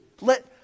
Let